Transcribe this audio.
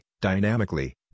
dynamically